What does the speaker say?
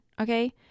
okay